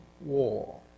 war